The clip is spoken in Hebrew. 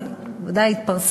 אבל ודאי יתפרסם,